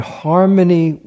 harmony